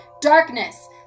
darkness